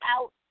out